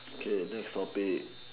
okay next topic